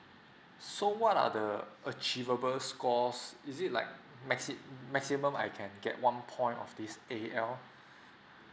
so what are the achievable scores is it like maxi~ maximum I can get one point of this A_L